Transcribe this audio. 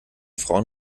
frauen